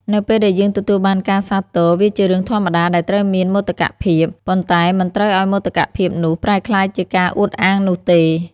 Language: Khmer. នៅពេលដែលយើងទទួលបានការសាទរ វាជារឿងធម្មតាដែលត្រូវមានមោទកភាព ប៉ុន្តែមិនត្រូវឱ្យមោទកភាពនោះប្រែក្លាយជាការអួតអាងនោះទេ។